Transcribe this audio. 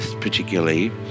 particularly